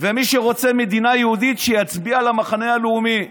ומי שרוצה מדינה יהודית, שיצביע למחנה הלאומי.